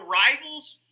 rivals